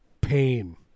pain